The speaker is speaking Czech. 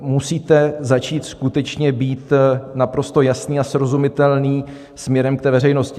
Musíte začít skutečně být naprosto jasný a srozumitelný směrem k veřejnosti.